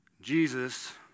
Jesus